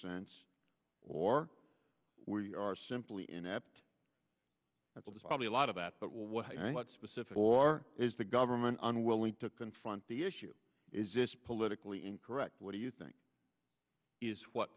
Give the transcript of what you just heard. sense or we are simply inept at this probably a lot of that but what i what specific or is the government unwilling to confront the issue is this politically incorrect what do you think is what